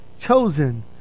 chosen